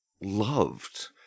loved